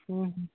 ହଁ ହଁ